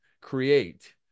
create